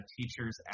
teachers